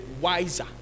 wiser